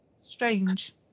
strange